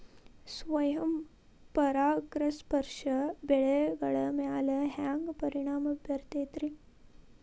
ಸ್ವಯಂ ಪರಾಗಸ್ಪರ್ಶ ಬೆಳೆಗಳ ಮ್ಯಾಲ ಹ್ಯಾಂಗ ಪರಿಣಾಮ ಬಿರ್ತೈತ್ರಿ?